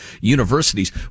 universities